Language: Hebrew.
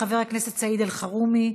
חבר הכנסת סעיד אלחרומי,